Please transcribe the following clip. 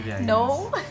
No